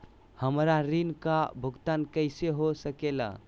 हमरा ऋण का भुगतान कैसे हो सके ला?